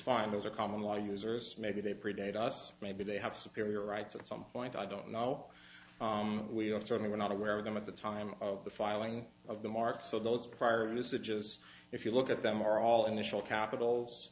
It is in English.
fine those are common law users maybe they predate us maybe they have superior rights at some point i don't know we are certainly were not aware of them at the time of the filing of the mark so those prior to this it just if you look at them are all initial capitals